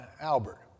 Albert